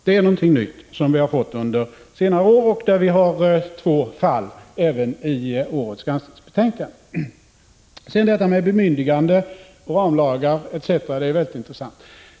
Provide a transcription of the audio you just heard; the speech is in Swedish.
Det är någonting nytt — Granskningsarbetets som vi fått under senare år. Vi har två sådana fall även i årets granskningsbe — inriktning, m.m. tänkande. Frågor rörande bemyndigande och ramlagar är väldigt intressanta.